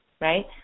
right